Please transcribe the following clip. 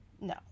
No